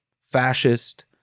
fascist